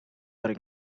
were